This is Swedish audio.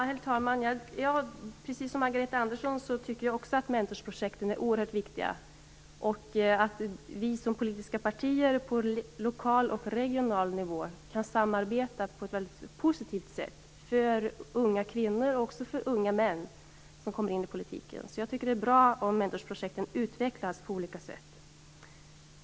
Herr talman! Precis som Margareta Andersson tycker också jag att mentorsprojekten är oerhört viktiga. Det är också viktigt att vi som politiska partier på både lokal och regional nivå kan samarbeta på ett positivt sätt för både unga kvinnor och unga män som kommer in i politiken. Det vore bra om mentorsprojekten utvecklades på olika sätt.